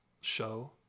show